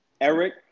Eric